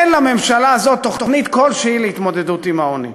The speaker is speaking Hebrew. אין לממשלה הזאת תוכנית כלשהי להתמודדות עם העוני.